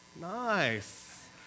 Nice